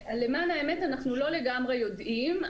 למען האמת אנחנו לא לגמרי יודעים.